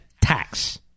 tax